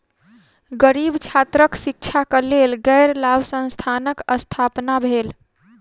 गरीब छात्रक शिक्षाक लेल गैर लाभ संस्थानक स्थापना भेल